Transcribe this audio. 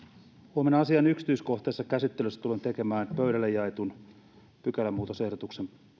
huomenna asian yksityiskohtaisessa käsittelyssä tulen tekemään pöydälle jaetun pykälämuutosehdotuksen